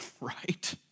right